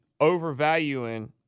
overvaluing